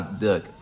look